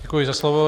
Děkuji za slovo.